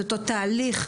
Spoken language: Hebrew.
תהליך,